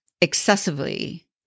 excessively